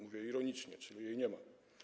Mówię ironicznie, czyli jej nie ma.